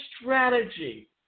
strategy